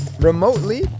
remotely